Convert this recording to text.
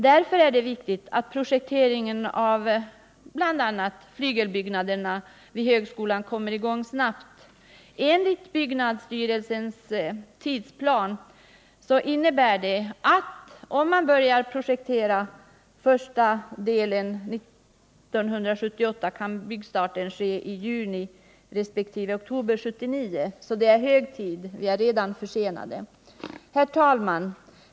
Därför är det viktigt att projekteringen bl.a. av högskolans flygelbyggnader kommer i gång snabbt. Enligt byggnadsstyrelsen är tidsplanen sådan att om projekteringen kommer i gång under första delen av 1978, kan byggstart ske i juni resp. oktober 1979. Det är alltså nu hög tid att handla — en försening har redan skett. Herr talman!